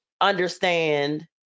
understand